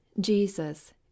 Jesus